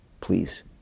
Please